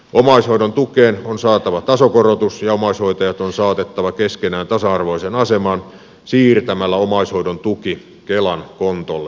omaishoidon tukeen on saatava tasokorotus ja omaishoitajat on saatettava keskenään tasa arvoiseen asemaan siirtämällä omaishoidon tuki kelan kontolle